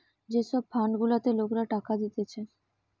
যে সব ফান্ড গুলাতে লোকরা টাকা দিতেছে